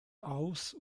aus